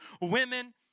women